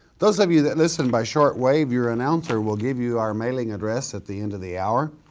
those of you that listen by shortwave, your announcer will give you our mailing address at the end of the hour.